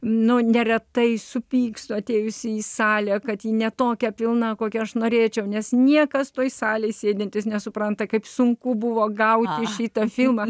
nu neretai supykstu atėjusi į salę kad ji ne tokia pilna kokia aš norėčiau nes niekas toje salėje sėdintys nesupranta kaip sunku buvo gauti šitą filmą